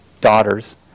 daughters